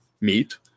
meat